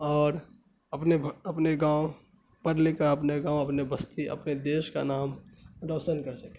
اور اپنے اپنے گاؤں پڑھ لکھ کے اپنے گاؤں اپنے بستی اپنے دیش کا نام روشن کر سکے